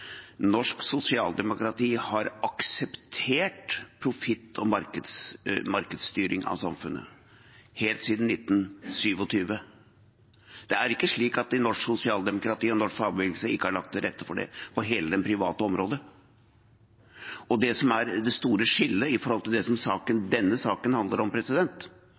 Norsk sosialdemokrati har akseptert profitt og markedsstyring av samfunnet helt siden 1927. Det er ikke slik at norsk sosialdemokrati og norsk fagbevegelse ikke har lagt til rette for det på hele det private området. Det som er det store skillet i det som denne saken handler om,